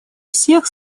всех